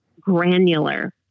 granular